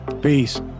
Peace